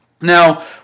Now